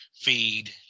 feed